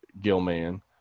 Gilman